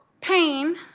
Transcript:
pain